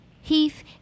heath